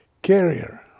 carrier